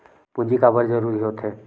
पूंजी का बार जरूरी हो थे?